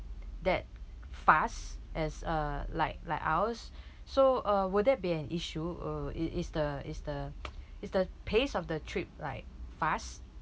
that fast as uh like like ours so uh would that be an issue uh i~ is the is the is the pace of the trip like fast